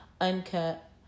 uncut